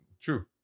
True